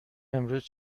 امروز